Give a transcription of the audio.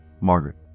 Margaret